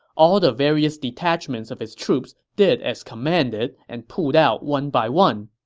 all the various detachments of his troops did as commanded and pulled out one by one.